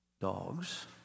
dogs